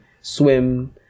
swim